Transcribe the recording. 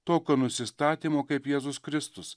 tokio nusistatymo kaip jėzus kristus